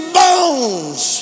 bones